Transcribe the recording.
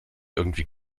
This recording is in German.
irgendwie